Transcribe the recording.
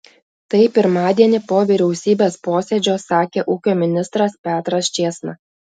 tai pirmadienį po vyriausybės posėdžio sakė ūkio ministras petras čėsna